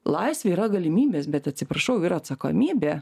laisvė yra galimybės bet atsiprašau ir atsakomybė